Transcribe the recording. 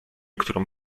którą